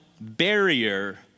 barrier